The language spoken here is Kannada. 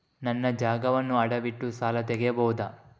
ನನ್ನ ಜಾಗವನ್ನು ಅಡವಿಟ್ಟು ಸಾಲ ತೆಗೆಯಬಹುದ?